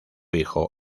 hijo